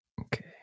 okay